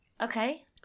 Okay